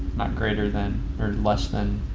not greater than, or less than.